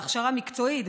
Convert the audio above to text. בהכשרה מקצועית,